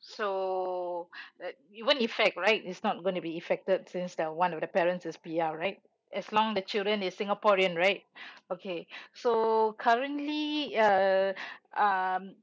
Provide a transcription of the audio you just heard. so that it won't effect right it's not going to be effected since that one of the parents is P_R right as long the children is singaporean right okay so currently uh um